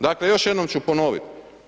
Dakle još jednom ću ponoviti.